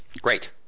Great